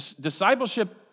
Discipleship